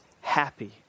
happy